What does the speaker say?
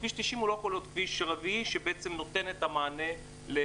כביש 90 לא יכול להיות כביש רביעי שנותן את המענה לכל